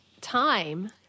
time